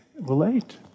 relate